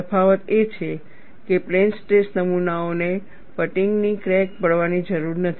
તેથી તફાવત એ છે કે પ્લેન સ્ટ્રેસ નમુનાઓને ફટીગ ની ક્રેક પડવાની જરૂર નથી